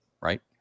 right